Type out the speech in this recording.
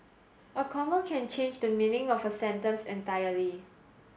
a comma can change the meaning of a sentence entirely